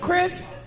Chris